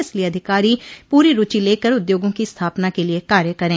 इसलिये अधिकारी पूरी रूचि लेकर उद्योगों की स्थापना क लिये कार्य करे